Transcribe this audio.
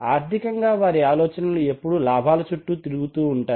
ఆర్థికంగా వారి ఆలోచనలు ఎప్పుడూ లాభాల చుట్టూ తిరుగుతూ ఉంటాయి